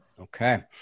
Okay